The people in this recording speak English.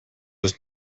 was